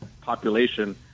population